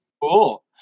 cool